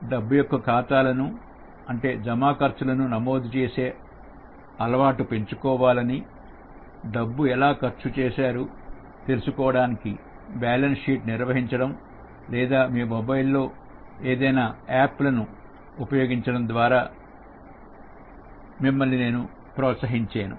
డబ్బు యొక్క ఖాతాలను అంటే జమా ఖర్చులను నమోదు చేసే అలవాటు పెంచుకోవాలని డబ్బు ఎలా ఖర్చు చేశారు తెలుసుకోవడానికి బ్యాలెన్స్ షీట్ నిర్వహించడం లేదా మీ మొబైల్ లో ఏదైనా అప్పులను ఉపయోగించడం గురించి నేను మిమ్మల్ని ప్రోత్సహించెను